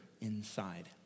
inside